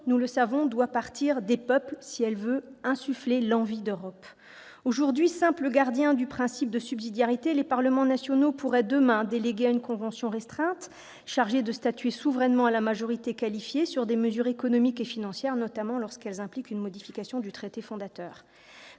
reconstruction doit partir des peuples pour insuffler l'envie d'Europe. Aujourd'hui simples gardiens du principe de subsidiarité, les parlements nationaux pourraient, demain, déléguer à une convention restreinte, chargée de statuer souverainement à la majorité qualifiée sur les mesures économiques et financières, notamment lorsqu'elles impliquent une modification du traité fondateur.